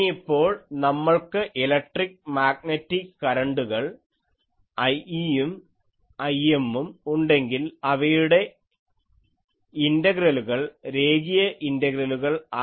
ഇനിയിപ്പോൾ നമ്മൾക്ക് electric magnetic കരണ്ടുകൾ Ie യും Im ഉം ഉണ്ടെങ്കിൽ അവയുടെ ഇന്റഗ്രലുകൾ രേഖീയ ഇന്റഗ്രലുകൾ line integrals